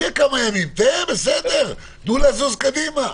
תנו לזוז קדימה.